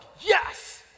yes